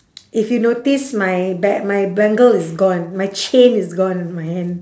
if you notice my ba~ my bangle is gone my chain is gone on my hand